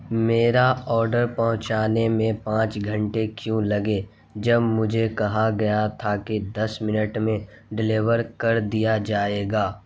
میرا آڈر پہنچانے میں پانچ گھنٹے کیوں لگے جب مجھے کہا گیا تھا کہ دس منٹ میں ڈلیور کر دیا جائے گا